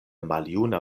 maljuna